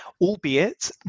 albeit